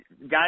guys